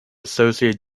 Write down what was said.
associate